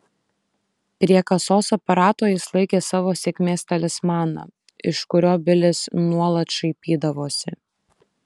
prie kasos aparato jis laikė savo sėkmės talismaną iš kurio bilis nuolat šaipydavosi